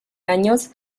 años